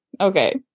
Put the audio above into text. Okay